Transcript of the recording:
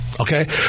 okay